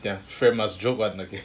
讲 friend must joke [one] okay